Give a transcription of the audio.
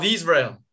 Israel